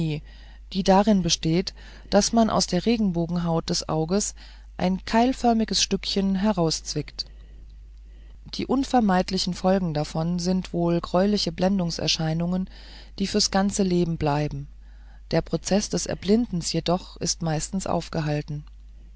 die darin besteht daß man aus der regenbogenhaut des auges ein keilförmiges stückchen herauszwickt die unvermeidlichen folgen davon sind wohl greuliche blendungserscheinungen die fürs ganze leben bleiben der prozeß des erblindens jedoch ist meistens aufgehalten